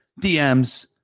DMs